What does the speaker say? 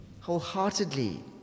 wholeheartedly